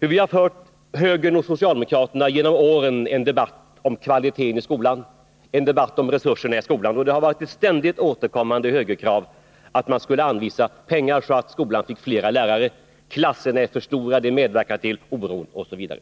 på hur Nr 120 högern och vi socialdemokrater genom åren har fört en debatt om kvaliteten i Onsdagen den skolan, en debatt om resurserna i skolan. Och där har det varit ett ständigt 22 april 1981 återkommande högerkrav att man skulle anvisa pengar så att skolan fick fler lärare. Klasserna var för stora, sades det, det medverkar till oro osv.